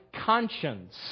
conscience